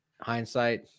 hindsight